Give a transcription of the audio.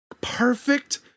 Perfect